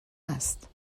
هست